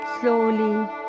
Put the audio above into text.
slowly